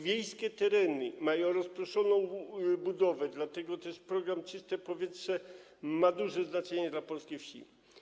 Wiejskie tereny mają rozproszoną zabudowę, dlatego też program „Czyste powietrze” ma duże znaczenie dla polskiej wsi.